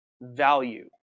value